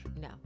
no